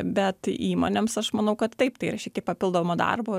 bet įmonėms aš manau kad taip tai yra šiek tiek papildomo darbo